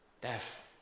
Death